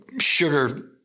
sugar